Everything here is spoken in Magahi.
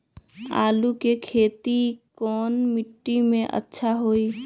आलु के खेती कौन मिट्टी में अच्छा होइ?